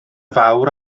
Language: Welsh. fawr